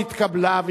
נתקבלה.